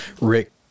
Rick